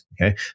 Okay